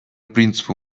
принципу